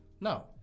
No